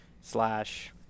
slash